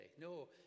No